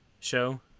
show